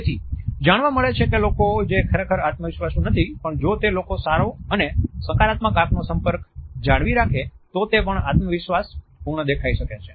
તેથી જાણવા મળે છે કે તે લોકો જે ખરેખર આત્મવિશ્વાસુ નથી પણ જો તે લોકો સારો અને સકારાત્મક આંખનો સંપર્ક જાળવી રાખે તો તે પણ આત્મવિશ્વાસ પૂર્ણ દેખાઈ શકે છે